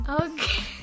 Okay